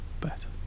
better